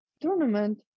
tournament